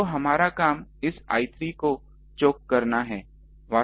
तो हमारा काम इस I3 को चोक करना है